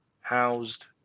housed